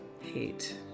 hate